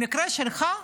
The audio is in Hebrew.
במקרה שלך,